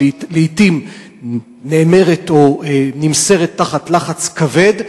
שלעתים נאמרת או נמסרת תחת לחץ כבד,